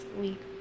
week